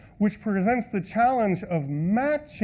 which presents the challenge of matching